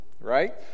right